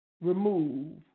remove